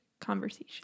conversation